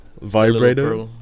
vibrator